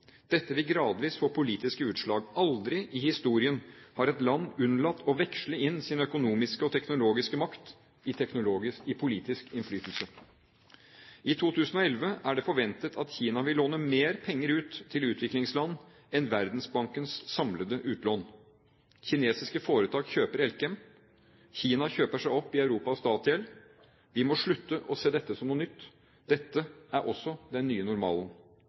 Dette vil gradvis få politiske utslag. Aldri i historien har et land unnlatt å veksle inn sin økonomiske og teknologiske makt i politisk innflytelse. I 2011 er det forventet at Kina vil låne mer penger ut til utviklingsland enn Verdensbankens samlede utlån. Kinesiske foretak kjøper Elkem. Kina kjøper seg opp i Europas statsgjeld. Vi må slutte å se dette som noe nytt. Dette er også den nye normalen.